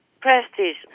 prestige